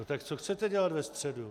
No tak co chcete dělat ve středu?